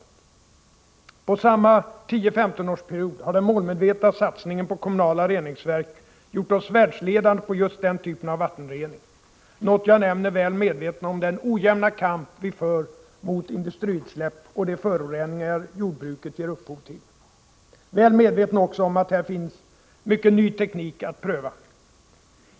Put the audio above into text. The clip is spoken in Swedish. Under samma 10-15-årsperiod har den målmedvetna satsningen på kommunala reningsverk gjort oss världsledande på just den typen av vattenrening, något jag nämner väl medveten om den ojämna kamp vi för mot industriutsläpp och de föroreningar jordbruket ger upphov till. Jag är också väl medveten om att det på detta område finns mycken ny teknik att pröva.